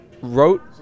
wrote